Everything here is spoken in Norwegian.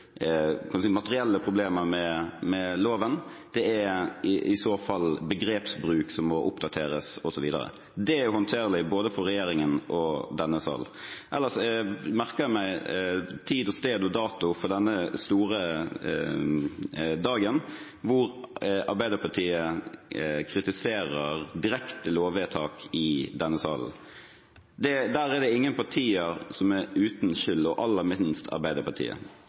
materielle problemer med loven. Det er i så fall begrepsbruk som må oppdateres, osv. Det er håndterlig for både regjeringen og denne salen. Ellers merker jeg meg tid, sted og dato for denne store dagen, hvor Arbeiderpartiet kritiserer direkte lovvedtak i denne salen. I det er ingen partier uten skyld – og aller minst Arbeiderpartiet.